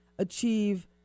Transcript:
achieve